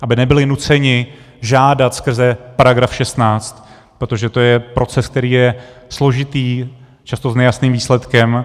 Aby nebyli nuceni žádat skrze § 16, protože to je proces, který je složitý, často s nejasným výsledkem.